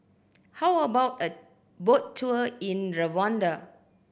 how about a boat tour in Rwanda